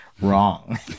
wrong